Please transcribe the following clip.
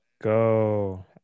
go